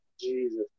Jesus